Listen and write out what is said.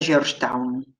georgetown